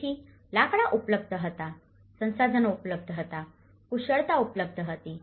તેથી લાકડા ઉપલબ્ધ હતા સંસાધનો ઉપલબ્ધ હતા કુશળતા ઉપલબ્ધ હતી